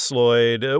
Lloyd